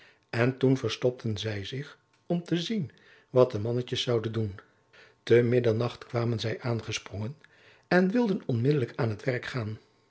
en toen verstopten zij zich om te zien wat de mannetjes zouden doen te middernacht kwamen zij aangesprongen en wilden onmiddellijk aan t werk gaan